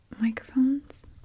microphones